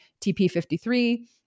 TP53